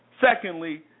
Secondly